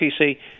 PC